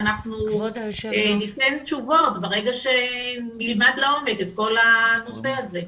ואנחנו ניתן תשובות ברגע שנלמד לעומק את כל הנושא הזה.